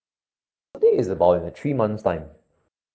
I think is about in three months time